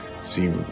see